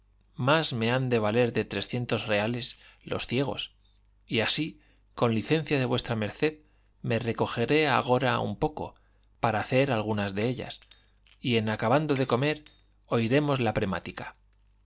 más me han de valer de trescientos reales los ciegos y así con licencia de v md me recogeré agora un poco para hacer algunas de ellas y en acabando de comer oiremos la premática